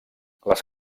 les